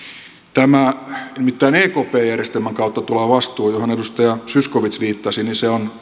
nimittäin ekp järjestelmän kautta tuleva vastuu johon edustaja zyskowicz viittasi on